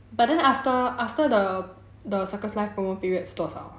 but then after after the the circles life promo period 是多少